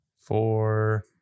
four